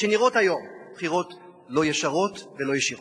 שנראות היום בחירות לא ישרות ולא ישירות.